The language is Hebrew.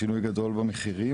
שינוי גדול במחירים,